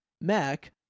Mac